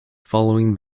following